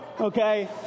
okay